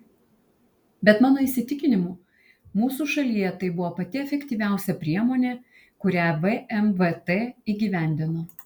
bet mano įsitikinimu mūsų šalyje tai buvo pati efektyviausia priemonė kurią vmvt įgyvendino